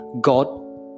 god